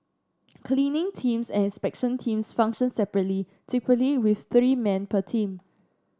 cleaning teams and inspection teams function separately typically with three men per team